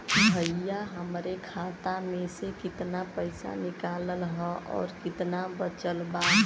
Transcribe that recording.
भईया हमरे खाता मे से कितना पइसा निकालल ह अउर कितना बचल बा?